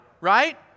right